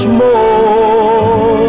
more